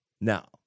now